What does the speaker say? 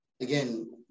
again